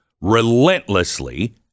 relentlessly